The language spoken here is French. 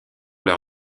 leur